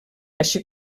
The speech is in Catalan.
així